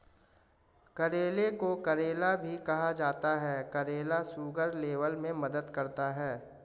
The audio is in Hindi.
करेले को करेला भी कहा जाता है करेला शुगर लेवल में मदद करता है